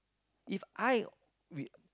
If I we